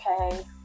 okay